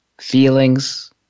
feelings